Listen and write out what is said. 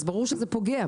אז ברור שזה פוגע,